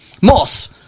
Moss